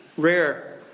Rare